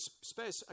space